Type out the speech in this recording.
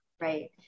Right